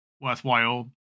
worthwhile